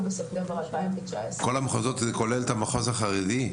בספטמבר 2019. כל המחוזות זה כולל את המחוז החרדי?